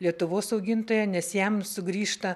lietuvos augintoją nes jam sugrįžta